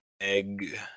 egg